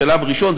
בשלב ראשון.